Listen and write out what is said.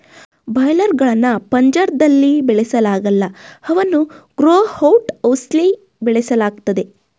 boiler ಗಳ್ನ ಪಂಜರ್ದಲ್ಲಿ ಬೆಳೆಸಲಾಗಲ್ಲ ಅವನ್ನು ಗ್ರೋ ಔಟ್ ಹೌಸ್ಲಿ ಬೆಳೆಸಲಾಗ್ತದೆ